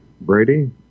Brady